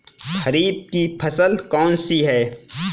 खरीफ की फसल कौन सी है?